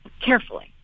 carefully